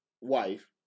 wife